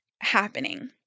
happening